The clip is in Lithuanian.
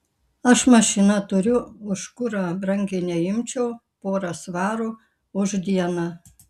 aš mašiną turiu už kurą brangiai neimčiau porą svarų už dieną